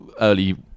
early